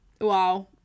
Wow